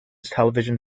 television